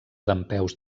dempeus